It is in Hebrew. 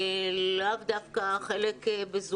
אולי פרונטלי ולאו דווקא ב-זום,